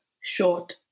short